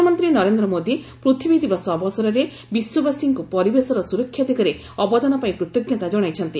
ପ୍ରଧାନମନ୍ତ୍ରୀ ନରେନ୍ଦ୍ର ମୋଦୀ ପୂଥିବୀ ଦିବସ ଅବସରରେ ବିଶ୍ୱବାସୀଙ୍କୁ ପରିବେଶର ସୁରକ୍ଷା ଦିଗରେ ଅବଦାନ ପାଇଁ କୃତଜ୍ଞତା ଜଣାଇଛନ୍ତି